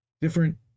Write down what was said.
different